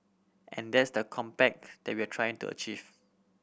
and that's the compact that we will try to achieve